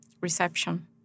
reception